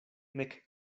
nek